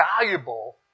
valuable